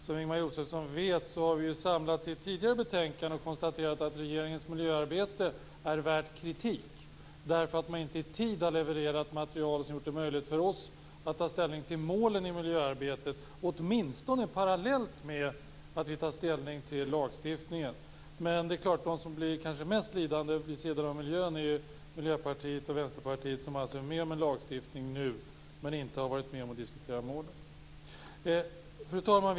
Som Ingemar Josefsson vet har vi samlats i ett tidigare betänkande och konstaterat att regeringens miljöarbete är värt kritik därför att man inte i tid har levererat material som gjort det möjligt för oss att ta ställning till målen i miljöarbetet åtminstone parallellt med att vi tar ställning till lagstiftningen. De som kanske mest blir lidande, vid sidan av miljön, är förstås Miljöpartiet och Vänsterpartiet, som nu är med om en lagstiftning men inte har varit med och diskuterat målen. Fru talman!